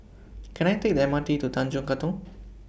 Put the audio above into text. Can I Take The M R T to Tanjong Katong